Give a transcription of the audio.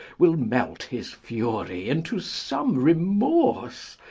will melt his fury into some remorse,